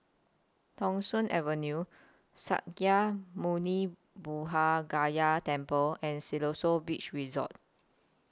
Thong Soon Avenue Sakya Muni Buddha Gaya Temple and Siloso Beach Resort